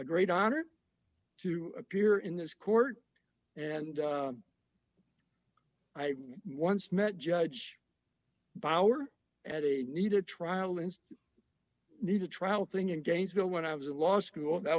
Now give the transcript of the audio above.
a great honor to appear in this court and i once met judge power at a needed trial and need a trial thing in gainesville when i was in law school that